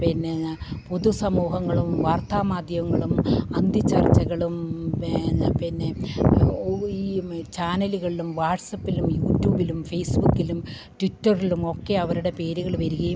പിന്നെ പൊതു സമൂഹങ്ങളും വാർത്താമാധ്യമങ്ങളും അന്തി ചർച്ചകളും പിന്നെ ഈ ചാനലുകളിലും വാട്സആപ്പിലും യൂട്യൂബിലും ഫേസ്ബുക്കിലും ട്വിറ്ററിലും ഒക്കെ അവരുടെ പേരുകള് വരികയും